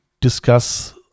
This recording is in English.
discuss